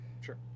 sure